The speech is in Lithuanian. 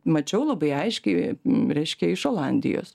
mačiau labai aiškiai reiškia iš olandijos